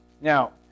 Now